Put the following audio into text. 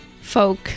folk